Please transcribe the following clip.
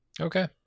Okay